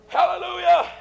Hallelujah